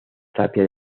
tapia